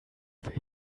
will